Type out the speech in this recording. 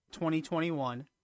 2021